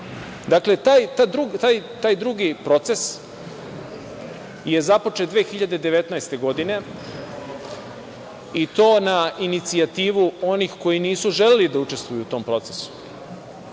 Srbija. Dakle, taj drugi proces je započet 2019. godine i to na inicijativu onih koji nisu želeli da učestvuju u tom procesu